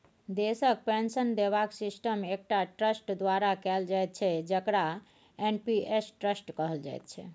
देशक पेंशन देबाक सिस्टम एकटा ट्रस्ट द्वारा कैल जाइत छै जकरा एन.पी.एस ट्रस्ट कहल जाइत छै